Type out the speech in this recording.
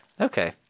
Okay